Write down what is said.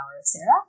Sarah